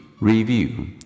review